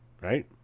Right